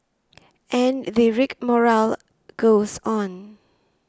and the rigmarole goes on